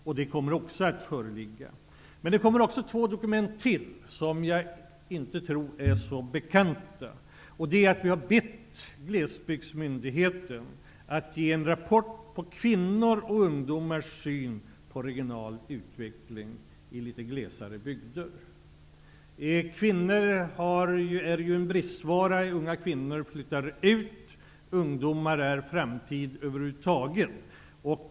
En rapport om detta kommer att föreligga. Det kommer också två dokument till, vilka jag inte tror är så bekanta. Vi har bett Glesbygdsmyndigheten att ge en rapport om kvinnors och ungdomars syn på regional utveckling i litet glesare bygder. Kvinnor är en bristvara. Unga kvinnor flyttar ut. Ungdomar över huvud taget är framtiden.